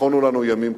נכונו לנו ימים קשים.